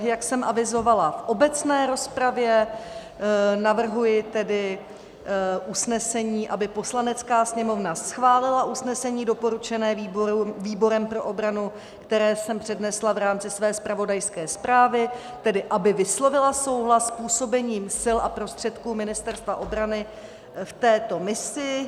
Jak jsem avizovala v obecné rozpravě, navrhuji tedy usnesení, aby Poslanecká sněmovna schválila usnesení doporučené výborem pro obranu, které jsem přednesla v rámci své zpravodajské zprávy, tedy aby vyslovila souhlas s působením sil a prostředků Ministerstva obrany v této misi.